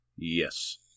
Yes